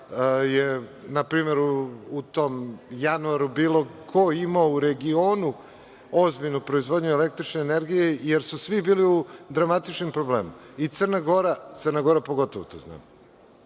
je na primer u tom januaru bilo ko imao u regionu ozbiljnu proizvodu električne energije, jer su svi bili u dramatičnim problemima, i Crna Gora, ona pogotovo, to znam. Tako